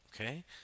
Okay